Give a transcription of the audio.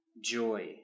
joy